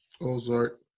Ozark